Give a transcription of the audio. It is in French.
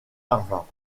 harvard